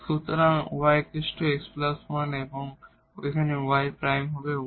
সুতরাং y x 1 এবং এখানে y প্রাইম হবে 1